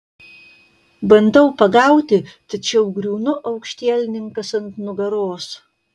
bandau pagauti tačiau griūnu aukštielninkas ant nugaros